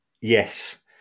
yes